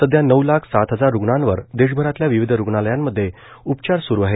सध्या नऊ लाख सात हजार रुग्णांवर देशभरातल्या विविध रुग्णालयांमध्ये उपचार स्रू आहेत